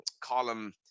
column